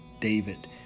David